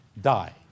die